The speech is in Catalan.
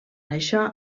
això